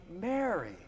Mary